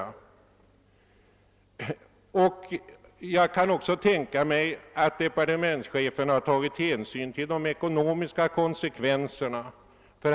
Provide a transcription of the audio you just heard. Jag kan också tänka mig att departementschefen tagit hänsyn till de ekonomiska konsekvenserna.